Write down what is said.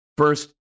First